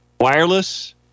Wireless